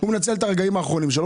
הוא מנצל את הרגעים האחרונים שלו,